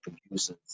producers